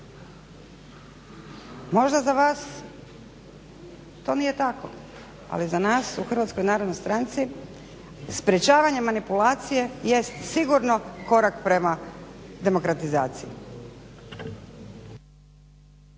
Možda za vas to nije tako, ali za nas u HNS-u sprječavanje manipulacije jest sigurno korak prema demokratizaciji.